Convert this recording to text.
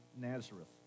Nazareth